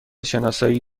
شناسایی